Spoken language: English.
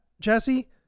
Jesse